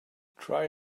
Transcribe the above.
try